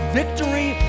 victory